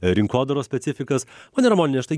rinkodaros specifikas ponia ramoniene štai